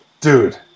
Dude